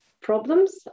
problems